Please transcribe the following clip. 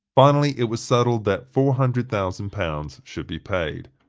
finally it was settled that four hundred thousand pounds should be paid.